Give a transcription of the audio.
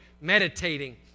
meditating